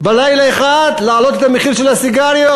בלילה אחד להעלות את המחיר של הסיגריות?